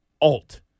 Alt